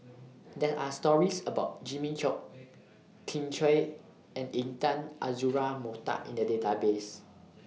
There Are stories about Jimmy Chok Kin Chui and Intan Azura Mokhtar in The Database